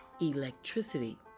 electricity